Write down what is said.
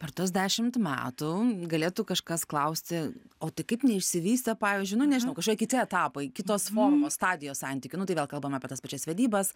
per tuos dešimt metų galėtų kažkas klausti o tai kaip neišsivystė pavyzdžiui nu nežinau kažkie kiti etapai kitos formos stadijos santykių nu tai vėl kalbam apie tas pačias vedybas